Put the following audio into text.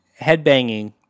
headbanging